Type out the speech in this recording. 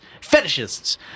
fetishists